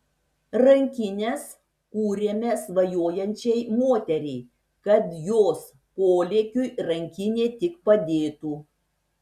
rankines kūrėme svajojančiai moteriai kad jos polėkiui rankinė tik padėtų